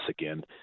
again